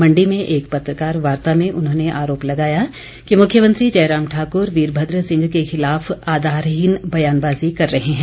मण्डी में एक पत्रकार वार्ता में उन्होंने आरोप लगाया कि मुख्यमंत्री जयराम ठाकुर वीरभद्र सिंह के खिलाफ आधारहीन बयानबाज़ी कर रहे हैं